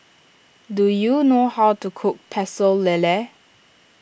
do you know how to cook Pecel Lele